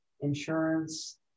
insurance